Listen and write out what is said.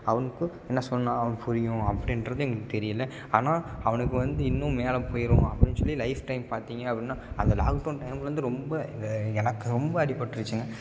அவனுக்கு என்ன சொன்னால் புரியும் அப்படின்றது எங்களுக்குத் தெரியல ஆனால் அவனுக்கு வந்து இன்னும் மேலே போயிடுவான் அப்படின் சொல்லி லைஃப் டைம் பார்த்தீங்க அப்படின்னா அந்த லாக்டவுன் டைமில் வந்து ரொம்ப இல்லை எனக்கு ரொம்ப அடிப்பட்டிருச்சிங்க